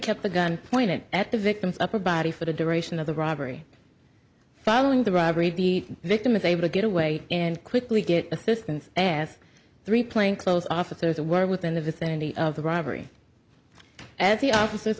kept the gun pointed at the victim's upper body for the duration of the robbery following the robbery the victim of able to get away and quickly get assistance as three plainclothes officers were within the vicinity of the robbery as the office